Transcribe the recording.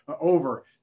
over